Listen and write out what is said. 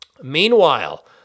Meanwhile